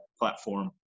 platform